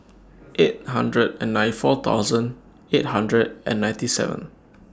eight hundred and nine four thousand eight hundred and ninety seven